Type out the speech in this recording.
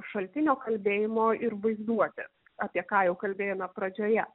šaltinio kalbėjimo ir vaizduotės apie ką jau kalbėjome pradžioje